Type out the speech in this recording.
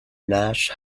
nash